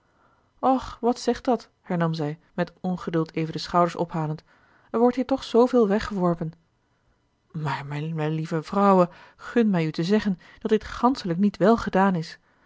och wat zegt dat hernam zij met ongeduld even de schouders ophalend er wordt hier toch zooveel weggeworpen maar mijne wellieve vrouwe gun mij u te zeggen dat dit ganschelijk niet welgedaan is